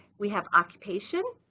we have occupation,